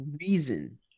reason